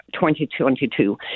2022